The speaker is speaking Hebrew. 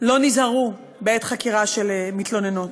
לא נזהרו בעת חקירה של מתלוננות.